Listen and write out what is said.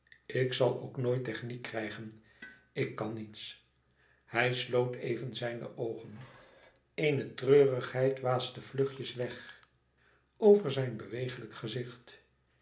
ik zal ook nooit techniek krijgen ik kan niets hij sloot even zijne oogen eene treurigheid waasde vlugjes weg over zijn bewegelijk gezicht